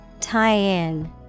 Tie-in